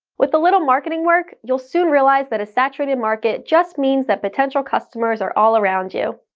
with a little marketing work, you'll soon realize that a saturated market just means that potential customers are all around you.